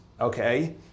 okay